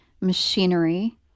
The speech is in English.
machinery